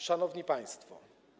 Szanowni Państwo!